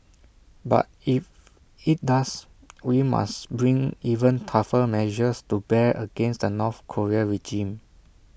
but if IT does we must bring even tougher measures to bear against the north Korean regime